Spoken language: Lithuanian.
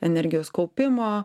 energijos kaupimo